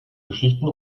geschichten